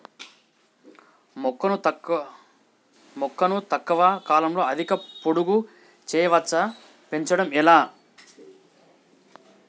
మొక్కను తక్కువ కాలంలో అధిక పొడుగు పెంచవచ్చా పెంచడం ఎలా?